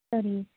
ಸರಿ